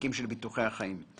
בתיקים של ביטוחי החיים.